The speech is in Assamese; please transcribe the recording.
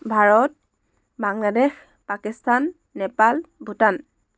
ভাৰত বাংলাদেশ পাকিস্তান নেপাল ভূটান